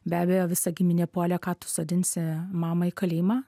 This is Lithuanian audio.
be abejo visa giminė puolė ką tu sodinsi mamą į kalėjimą